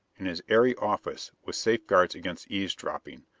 in his airy office, with safeguards against eavesdropping,